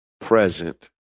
present